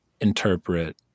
interpret